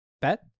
Bet